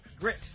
Grit